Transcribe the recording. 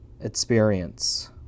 experience